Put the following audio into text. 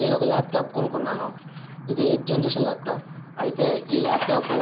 నేను ఒక ల్యాప్టాప్ కొనుక్కున్నాను ఇది ఎయిత్ జనరేషన్ ల్యాప్టాప్ అయితే ఈ ల్యాప్టాప్